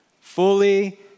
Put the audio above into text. fully